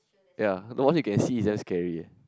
ya the one you can see is damn scary eh